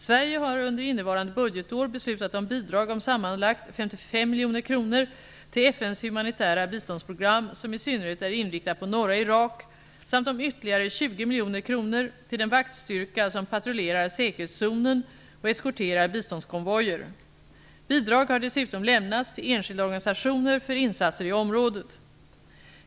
Sverige har under innevarande budgetår beslutat om bidrag om sammanlagt 55 miljoner kronor till FN:s humanitära biståndsprogram, som i synnerhet är inriktat på norra Irak, samt om ytterligare 20 miljoner kronor till den vaktstyrka som patrullerar säkerhetszonen och eskorterar biståndskonvojer. Bidrag har dessutom lämnats till enskilda organisationer för insatser i området.